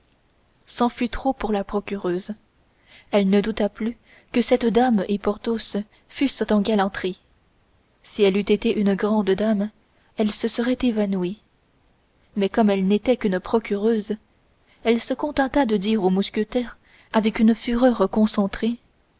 c'en fut trop pour la procureuse elle ne douta plus que cette dame et porthos fussent en galanterie si elle eût été une grande dame elle se serait évanouie mais comme elle n'était qu'une procureuse elle se contenta de dire au mousquetaire avec une fureur concentrée